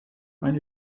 ein